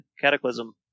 cataclysm